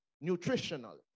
Nutritional